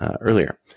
earlier